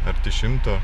arti šimto